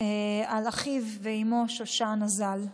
על אחיו ואימו שושנה ז"ל: